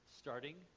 starting